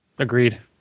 Agreed